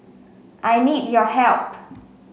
I need your help